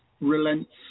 relents